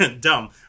dumb